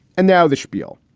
and now the spiel.